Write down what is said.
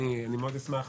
אני מאוד אשמח,